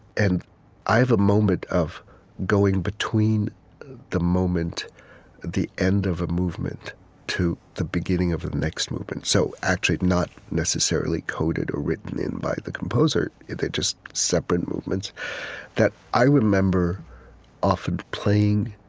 and i've a moment of going between the moment at the end of a movement to the beginning of the next movement, so actually not necessarily coded or written in by the composer they're just separate movements that i remember often playing,